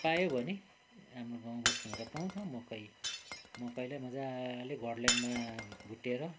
पायो भने हाम्रो गाउँबस्तीमा त पाउँछ मकै मकैलाई मजाले घर्ल्याङमा भुटेर